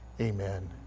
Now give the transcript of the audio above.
Amen